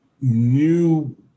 new